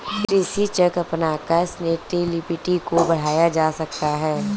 कृषि चक्र अपनाकर सस्टेनेबिलिटी को बढ़ाया जा सकता है